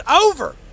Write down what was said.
over